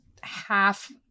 half